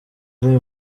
ari